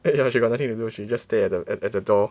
yeah she got nothing to do she just stare at the at the door